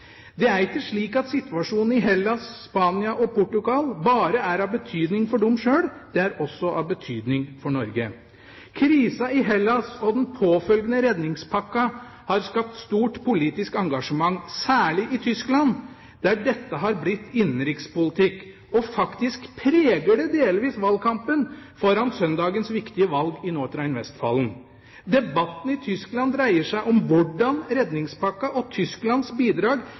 Det er ikke slik at situasjonen i Hellas, Spania og Portugal bare er av betydning for dem sjøl, det er også av betydning for Norge. Krisa i Hellas og den påfølgende redningspakka har skapt stort politisk engasjement, særlig i Tyskland, der dette har blitt innenrikspolitikk, og faktisk preger det delvis valgkampen foran søndagens viktige valg i Nordrhein-Westfalen. Debatten i Tyskland dreier seg om hvordan redningspakka og Tysklands bidrag